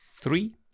Three